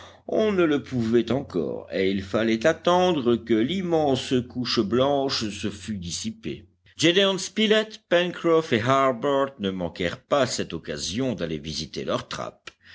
on ne le pouvait encore et il fallait attendre que l'immense couche blanche se fût dissipée gédéon spilett pencroff et harbert ne manquèrent pas cette occasion d'aller visiter leurs trappes